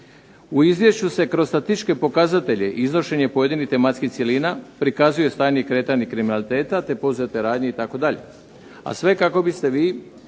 U izvješću se kroz statističke pokazatelje i iznošenje pojedinih tematskih cjelina prikazuje stanje i kretanje kriminaliteta te poduzete radnje itd., a sve kako biste vi